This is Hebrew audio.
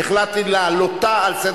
אף אחד לא אמר לו לעשות את זה,